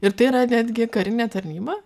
ir tai yra netgi karinė tarnyba